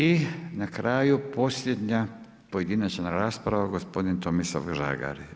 I na kraju posljednja pojedinačna rasprava gospodin Tomislav Žagar.